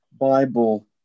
Bible